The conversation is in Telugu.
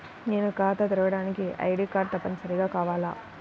నేను ఖాతా తెరవడానికి ఐ.డీ కార్డు తప్పనిసారిగా కావాలా?